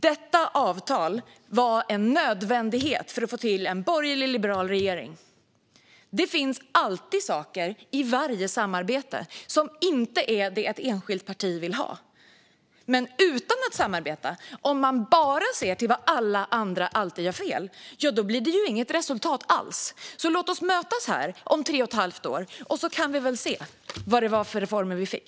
Detta avtal var en nödvändighet för att få till en borgerlig liberal regering. Det finns alltid saker i varje samarbete som inte är vad ett enskilt parti vill ha. Men att inte samarbeta, att bara se till alla andras fel, innebär att det inte blir något resultat alls. Låt oss mötas här om tre och ett halvt år, så får vi väl se vilka reformer vi fick!